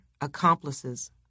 accomplices